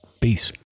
peace